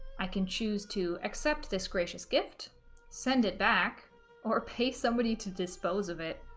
i can choose to accept this gracious gift send it back or pay somebody to dispose of it